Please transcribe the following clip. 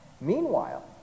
Meanwhile